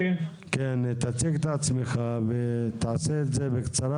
תציג את עצמך ותעשה את זה בקצרה,